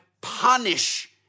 punish